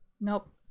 Nope